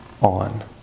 on